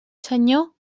senyor